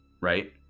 right